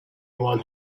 one